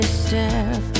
step